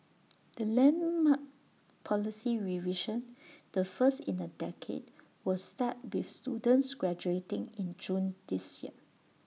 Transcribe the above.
the landmark policy revision the first in A decade will start with students graduating in June this year